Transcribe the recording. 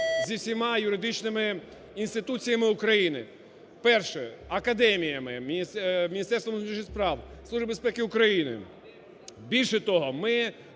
зі всіма юридичними інституціями України. Перше, академіями, Міністерством внутрішніх справ, Службою безпеки України. Більше того, ми